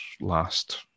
last